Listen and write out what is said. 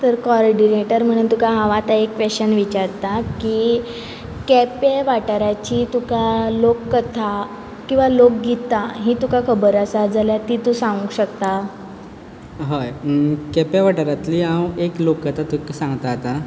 तर कॉर्डिनेटर म्हणून तुका हांव आतां एक क्वेशन विचारता की केपें वाठाराची तुका लोक कथा किंवां लोक गितां हीं तुका खबर आसा जाल्यार तीं तूं सांगूक शकता हय केपें वाठारांतली हांव एक लोक कथा तुमकां सांगतां आतां